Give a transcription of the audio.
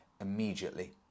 immediately